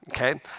okay